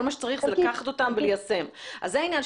כל מה שצריך זה לקחת אותם וליישם, אז זה העניין.